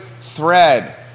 thread